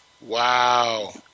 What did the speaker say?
Wow